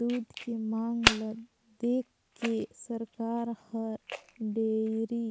दूद के मांग ल देखके सरकार हर डेयरी